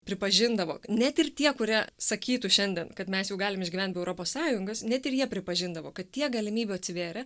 pripažindavo net ir tie kurie sakytų šiandien kad mes jau galim išgyvent be europos sąjungos net ir jie pripažindavo kad tiek galimybių atsivėrė